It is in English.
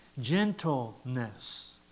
Gentleness